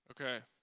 Okay